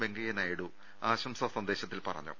വെങ്കയ്യനായിഡു ആശംസാ സന്ദേശത്തിൽ പറഞ്ഞു